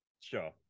Sure